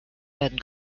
werden